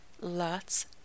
Lots